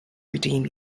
redeem